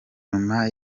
nyuma